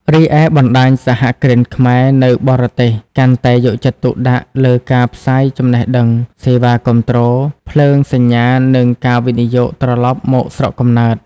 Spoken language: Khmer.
រីឯបណ្តាញសហគ្រិនខ្មែរនៅបរទេសកាន់តែយកចិត្តទុកដាក់លើការផ្សាយចំណេះដឹង សេវាគាំទ្រ ភ្លើងបញ្ញានិងការវិនិយោគត្រឡប់មកស្រុកកំណើត។